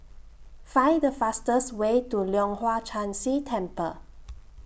Find The fastest Way to Leong Hwa Chan Si Temple